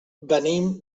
venim